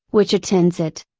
which attends it.